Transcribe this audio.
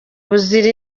buzira